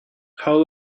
how